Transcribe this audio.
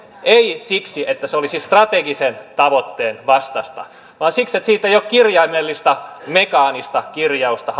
ei siksi että se olisi strategisen tavoitteen vastaista vaan siksi että siitä ei ole kirjaimellista mekaanista kirjausta